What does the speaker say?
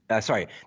sorry